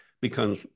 becomes